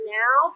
now